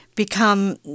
become